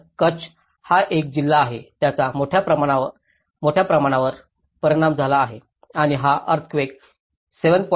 तर कच्छ हा एक जिल्हा आहे ज्याचा मोठ्या प्रमाणावर परिणाम झाला आहे आणि हा अर्थक्वेक 7